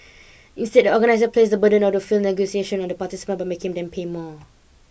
instead the organisers placed the burden of the failed negotiations on the participants by making them pay more